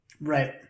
right